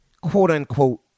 quote-unquote